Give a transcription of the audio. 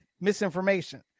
misinformation